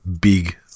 big